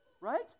Right